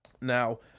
Now